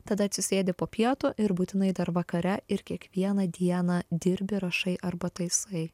tada atsisėdi po pietų ir būtinai dar vakare ir kiekvieną dieną dirbi rašai arba taisai